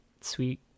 sweet